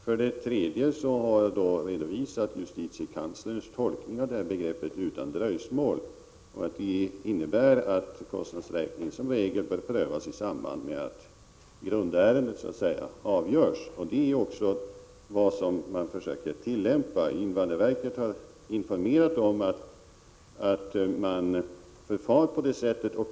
För det tredje har jag redovisat justitiekanslerns tolkning av begreppet ”utan dröjsmål”, innebärande att kostnadsräkning som regel bör prövas i samband med att grundärendet avgörs. Det är också vad man försöker tillämpa. Invandrarverket har informerat om att man förfar på det sättet.